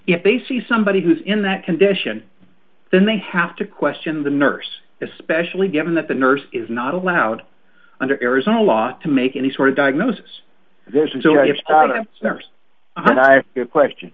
if they see somebody who's in that condition then they have to question the nurse especially given that the nurse is not allowed under arizona law to make any sort of diagnosis there's